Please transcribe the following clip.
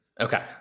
Okay